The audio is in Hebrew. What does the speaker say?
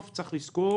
צריך לזכור